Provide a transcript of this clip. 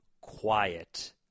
quiet